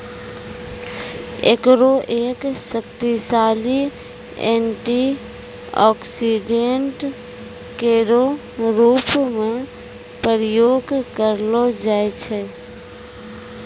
एकरो एक शक्तिशाली एंटीऑक्सीडेंट केरो रूप म प्रयोग करलो जाय छै